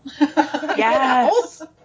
Yes